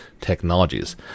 technologies